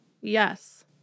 Yes